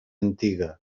antiga